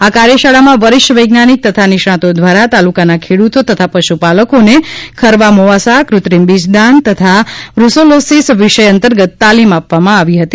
આ કાર્યશાળામાં વરિષ્ઠ વૈજ્ઞાનિકો તથા નિષ્ણાતો દ્વારા તાલુકાના ખેડૂતો તથા પશુપાલકોને ખરવા મોવાસા કૃત્રિમ બીજદાન તથા બ્રુસેલોસીસ વિષય અંતર્ગત તાલીમ આપવામાં આવી હતી